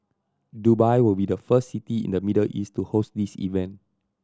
Dubai will be the first city in the Middle East to host this event